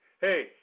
hey